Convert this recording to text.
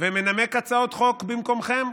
ומנמק הצעות חוק במקומכם.